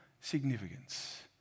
significance